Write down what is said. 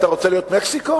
אתה רוצה להיות מקסיקו?